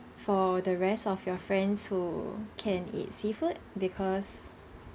for the rest of your friends who can eat seafood because